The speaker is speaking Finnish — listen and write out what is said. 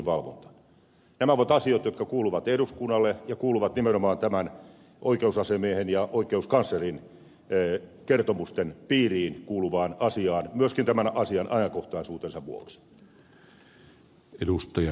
nämä ovat asioita jotka kuuluvat eduskunnalle ja kuuluvat nimenomaan oikeusasiamiehen ja oikeuskanslerin kertomusten piiriin myöskin tämän asian ajankohtaisuuden vuoksi